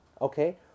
Okay